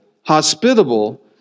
hospitable